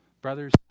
Brothers